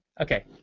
Okay